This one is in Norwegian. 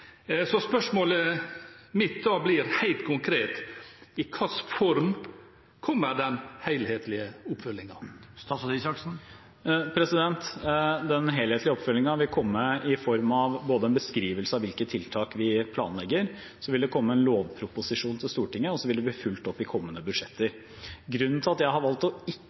så spørsmålet mitt blir da helt konkret: I hvilken form kommer den helhetlige oppfølgingen? Den helhetlige oppfølgingen vil komme i form av en beskrivelse av hvilke tiltak vi planlegger. Så vil det komme en lovproposisjon til Stortinget, og så vil det bli fulgt opp i kommende budsjetter. Grunnen til at jeg har valgt å ikke